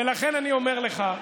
ולכן אני אומר לך,